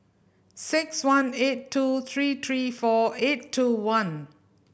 six one eight two three three four eight two one